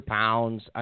pounds